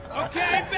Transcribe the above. okay.